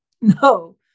no